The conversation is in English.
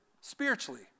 spiritually